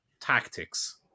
tactics